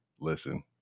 Listen